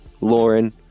Lauren